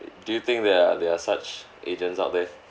do you think there are there are such agents out there